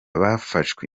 bafashwe